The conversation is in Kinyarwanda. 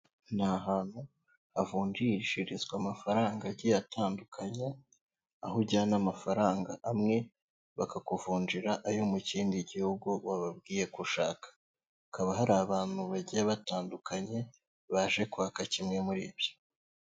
Ni ahantu havunjishirizwa amafaranga agiye atandukanye, aho ujyana amafaranga amwe bakakuvunjira ayo mu kindi gihugu wababwiye gushaka, hakaba hari abantu bagiye batandukanye baje kwaka kimwe muri ibyo.